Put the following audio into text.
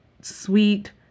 sweet